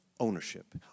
Ownership